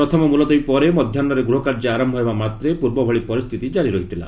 ପ୍ରଥମ ମୁଲତବୀ ପରେ ମଧ୍ୟାହ୍ନରେ ଗୃହକାର୍ଯ୍ୟ ଆରମ୍ଭ ହେବାମାତ୍ରେ ପୂର୍ବଭଳି ପରିସ୍ଥିତି କାରି ରହିଥିଲା